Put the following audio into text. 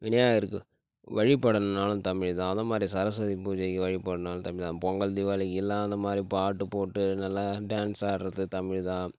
விநாயாகருக்கு வழிபடனும்னாலும் தமிழ் தான் அது மாதிரி சரஸ்வதி பூஜைக்கு வழிபடும்னாலும் தமிழ் தான் பொங்கல் தீபாளிக்குலா அந்த மாதிரி பாட்டு போட்டு நல்லா டேன்ஸ் ஆடுறது தமிழ் தான்